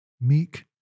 meek